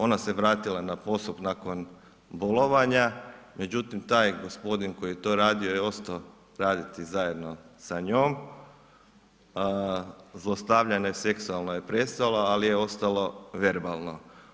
Ona se vratila na posao nakon bolovanja međutim taj gospodin koji je to radio je ostao raditi zajedno sa njom, zlostavljanje seksualno je prestalo ali je ostalo verbalno.